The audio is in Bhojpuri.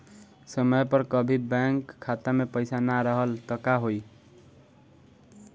समय पर कभी बैंक खाता मे पईसा ना रहल त का होई?